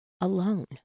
alone